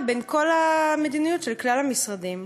בין כל צעדי המדיניות של כלל המשרדים.